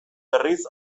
berriz